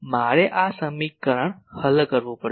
મારે આ સમીકરણ હલ કરવું પડશે